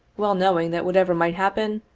well knowing that whatever might happen,